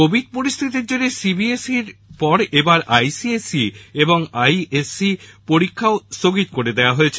Covid পরিস্থিতির জেরে CBSE র পর এবার আইসিএসই এবং আইএসসি পরীক্ষাও স্থগিত করে দেওয়া হয়েছে